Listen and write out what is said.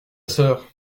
sœur